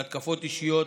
להתקפות אישיות,